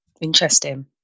Interesting